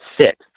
sit